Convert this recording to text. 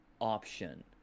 option